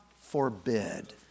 forbid